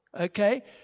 okay